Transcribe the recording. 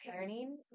learning